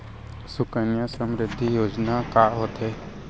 सुकन्या समृद्धि योजना का होथे